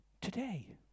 today